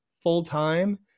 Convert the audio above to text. full-time